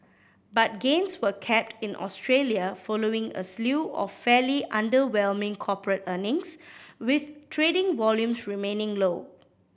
but gains were capped in Australia following a slew of fairly underwhelming corporate earnings with trading volumes remaining low